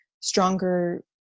stronger